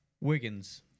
Wiggins